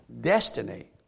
destiny